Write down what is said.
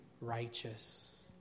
righteous